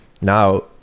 now